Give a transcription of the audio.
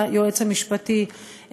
היועץ המשפטי,